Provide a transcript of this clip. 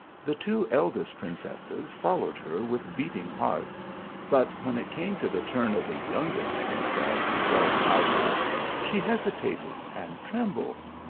the two eldest princesses followed her with beating hearts but when it came to the turn of the youngest princess, zorahayda, she hesitated and trembled.